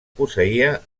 posseïa